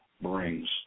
brings